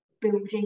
building